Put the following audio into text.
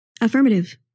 Affirmative